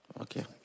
Okay